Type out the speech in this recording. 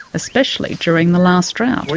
especially during the last drought.